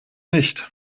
nicht